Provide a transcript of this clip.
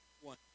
One